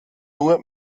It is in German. nur